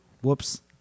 Whoops